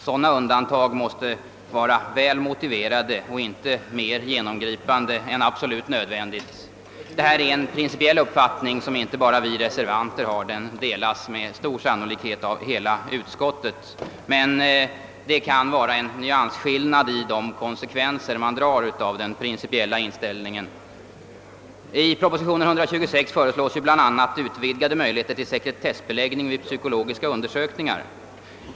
Sådana undantag måste dock vara väl motiverade och inte mer genomgripande än absolut nödvändigt. Detta är en principiell uppfattning som inte bara vi reservanter har; den delas med stor sannolikhet av hela utskottet. Men det kan finnas en viss nyansskillnad där i de konsekvenser man drar av denna principiella inställning. I proposition nr 126 föreslås bl.a. utvidgade möjligheter till sekretessbeläggning vid psykologiska undersökningar.